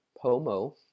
POMO